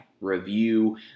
review